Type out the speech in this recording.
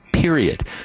period